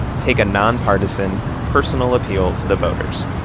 take a non-partisan personal appeal to the voters.